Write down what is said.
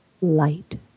light